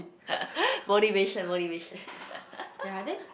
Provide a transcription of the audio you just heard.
motivation motivation